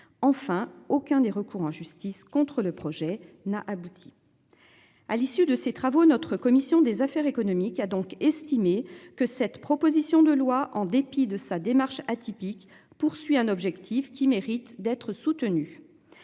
enfin aucun des recours en justice contre le projet n'a abouti. À l'issue de ces travaux. Notre commission des affaires économiques a donc estimé que cette proposition de loi en dépit de sa démarche atypique poursuit un objectif qui mérite d'être soutenue.